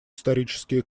исторические